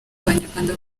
abanyarwanda